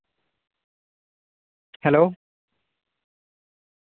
hello